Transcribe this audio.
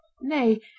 Nay